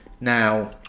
Now